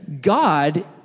God